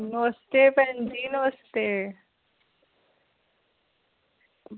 नमस्ते भैन जी नमस्ते